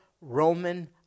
Roman